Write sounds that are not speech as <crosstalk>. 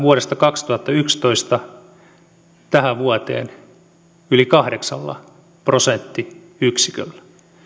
<unintelligible> vuodesta kaksituhattayksitoista tähän vuoteen yli kahdeksalla prosenttiyksiköllä